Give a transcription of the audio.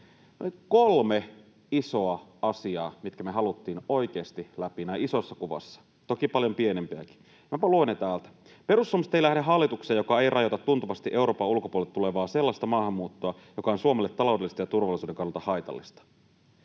Oli kolme isoa asiaa, mitkä me haluttiin oikeasti läpi näin isossa kuvassa, toki paljon pienempiäkin. Minäpä luen ne täältä: 1) Perussuomalaiset ei lähde hallitukseen, joka ei rajoita tuntuvasti Euroopan ulkopuolelta tulevaa sellaista maahanmuuttoa, joka on Suomelle taloudellisesti ja turvallisuuden kannalta haitallista.